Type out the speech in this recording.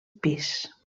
pis